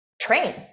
train